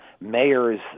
Mayors